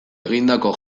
egindako